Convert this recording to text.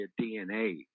DNA